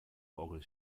orgel